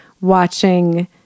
watching